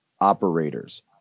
operators